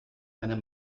eine